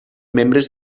membres